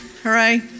hooray